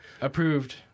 approved